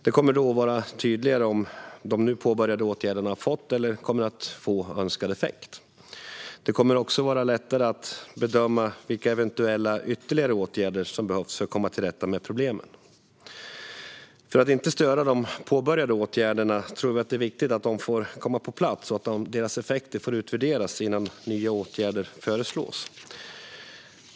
Det kommer då att vara tydligare om de nu påbörjade åtgärderna har fått eller kommer att få önskad effekt. Det kommer också att vara lättare att bedöma vilka eventuella ytterligare åtgärder som behövs för att komma till rätta med problemen. För att inte störa de påbörjade åtgärderna tror vi att det är viktigt att de får komma på plats och deras effekter utvärderas innan nya åtgärder föreslås.